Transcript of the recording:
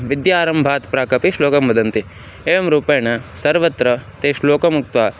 विद्यारम्भात् प्राक् अपि श्लोकं वदन्ति एवं रूपेण सर्वत्र ते श्लोकमुक्त्वा